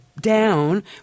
down